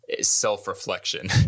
self-reflection